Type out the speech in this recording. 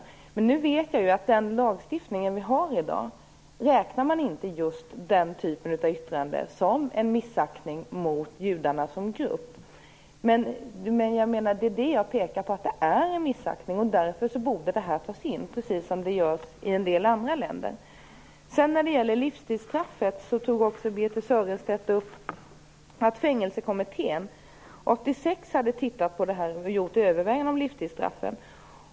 Jag vet ju att man inte i den lagstiftning vi har i dag räknar just den typen av yttranden som en missaktning mot judarna som grupp, men jag menar att det är en form av missaktning. Därför borde detta tas in, precis som sker i en del andra länder. När det gäller livstidsstraffet tog Birthe Sörestedt upp att Fängelsekommittén 1986 hade tittat på det här och gjort överväganden om livstidsstraffet.